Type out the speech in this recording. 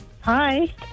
Hi